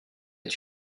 est